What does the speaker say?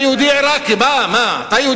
אתה יהודי עירקי, מה, מה?